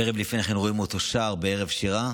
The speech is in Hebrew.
ערב לפני כן רואים אותו שר בערב שירה.